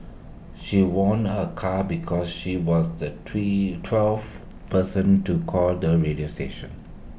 she won A car because she was the twin twelfth person to call the radio station